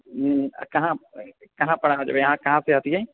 कहाँपर कहाँपर अहाँ जेबै अहाँ कहाँपर हती